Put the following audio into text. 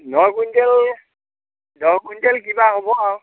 ন quintal ন quintal কিবা হ'ব আৰু